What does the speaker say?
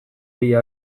bila